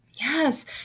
Yes